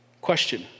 Question